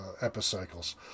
epicycles